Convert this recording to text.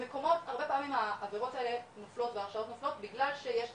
במקומות הרבה פעמים הברירות האלה נופלות וההרשעות נופלות בגלל שיש את